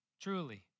truly